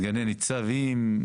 סגני ניצבים,